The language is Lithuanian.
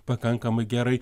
pakankamai gerai